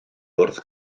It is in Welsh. wrth